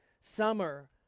summer